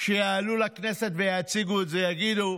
לכנסת ויציגו את זה יגידו: